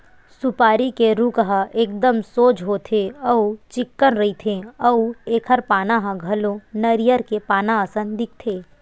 सुपारी के रूख ह एकदम सोझ होथे अउ चिक्कन रहिथे अउ एखर पाना ह घलो नरियर के पाना असन दिखथे